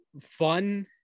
fun